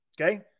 okay